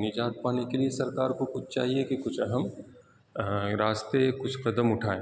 نجات پانے کے لیے سرکار کو کچھ چاہیے کہ کچھ اہم راستے کچھ قدم اٹھائیں